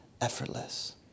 effortless